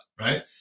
right